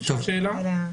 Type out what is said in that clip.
אפשר לשאול שאלה?